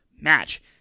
match